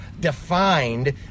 defined